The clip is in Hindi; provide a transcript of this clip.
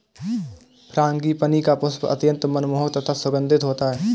फ्रांगीपनी का पुष्प अत्यंत मनमोहक तथा सुगंधित होता है